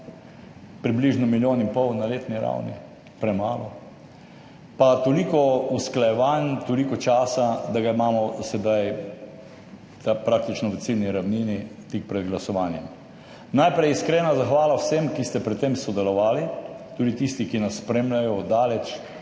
približno milijon in pol na letni ravni, premalo, pa toliko usklajevanj, toliko časa, da ga imamo sedaj, da je praktično v ciljni ravnini, tik pred glasovanjem. Najprej iskrena zahvala vsem, ki ste pri tem sodelovali, tudi tisti, ki nas spremljajo od daleč,